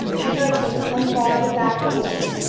she heard him unbar the back-door,